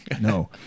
no